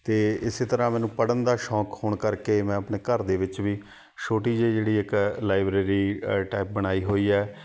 ਅਤੇ ਇਸ ਤਰ੍ਹਾਂ ਮੈਨੂੰ ਪੜ੍ਹਨ ਦਾ ਸ਼ੌਕ ਹੋਣ ਕਰਕੇ ਮੈਂ ਆਪਣੇ ਘਰ ਦੇ ਵਿੱਚ ਵੀ ਛੋਟੀ ਜਿਹੀ ਜਿਹੜੀ ਇੱਕ ਲਾਈਬ੍ਰੇਰੀ ਟੈਪ ਬਣਾਈ ਹੋਈ ਹੈ